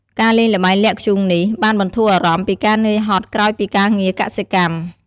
ការលេងល្បែងលាក់ធ្យូងនេះ បានបន្ធូរអារម្មណ៍ ពីការនឿយហត់ក្រោយពីការងារកសិកម្ម។